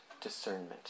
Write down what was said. discernment